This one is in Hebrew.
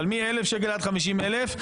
מטי טוענת שיש ביטוח חוץ מ-30 אלף שקל.